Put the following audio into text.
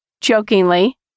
jokingly